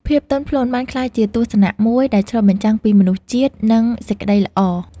ភាពទន់ភ្លន់បានក្លាយជាទស្សនៈមួយដែលឆ្លុះបញ្ចាំងពីមនុស្សជាតិ និងសេចក្ដីល្អ។